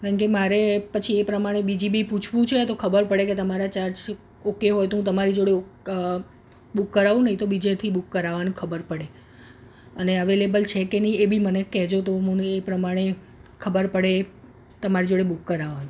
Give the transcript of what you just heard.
કારણકે કે મારે પછી એ પ્રમાણે બીજે બી પૂછવું છે તો ખબર પડે કે તમારા ચાર્જ ઓકે હોય તો તમારી જોડે બુક કરાવું નહીં તો બીજેથી બુક કરાવવાનું ખબર પડે અને અવેલેબલ છે કે નહીં એ બી મને કહેજો તો હું એ પ્રમાણે ખબર પડે તમારી જોડે બુક કરાવવાનું